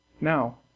Now